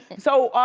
so,